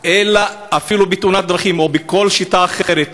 או אפילו בתאונת דרכים או בכל שיטה אחת,